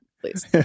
Please